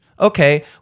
Okay